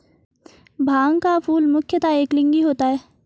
भांग का फूल मुख्यतः एकलिंगीय होता है